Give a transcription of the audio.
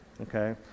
okay